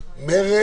מי נגד?